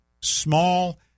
small